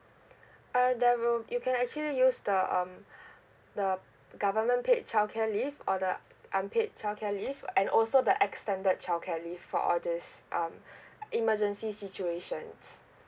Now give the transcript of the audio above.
uh there will you can actually use the um the government paid childcare leave or the uh uh unpaid childcare leave and also the extended childcare leave for all these um emergency situations